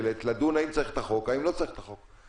לדון האם צריך את החוק או לא צריך את החוק,